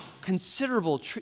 considerable